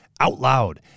OUTLOUD